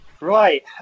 Right